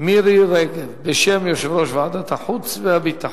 מירי רגב, בשם יושב-ראש ועדת החוץ והביטחון.